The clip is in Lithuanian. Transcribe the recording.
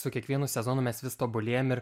su kiekvienu sezonu mes vis tobulėjam ir